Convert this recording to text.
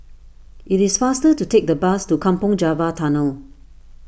it is faster to take the bus to Kampong Java Tunnel